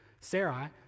Sarai